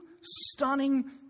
stunning